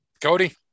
Cody